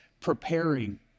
preparing